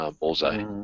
Bullseye